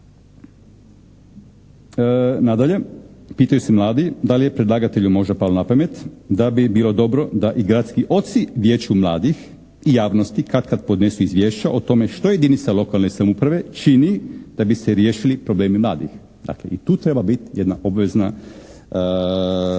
Nadalje pitaju se mladi da li je predlagatelju možda palo na pamet da bi bilo dobro da i gradski oci vijeću mladih i javnosti katkad podnesu izvješća o tome što jedinica lokalne samouprave čini da bi se riješili problemi mladih. Dakle i tu treba biti jedna obvezna